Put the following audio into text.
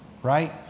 right